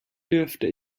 dürfte